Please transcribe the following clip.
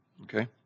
Okay